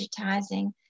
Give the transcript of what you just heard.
digitizing